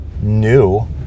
new